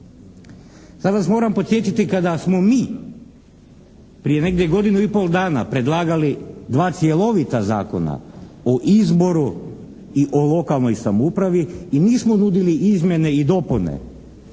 Sad vas moram podsjetiti kada smo mi prije negdje godinu i pol dana predlagali dva cjelovita zakona – o izboru i o lokalnoj samoupravi – i nismo nudili izmjene i dopune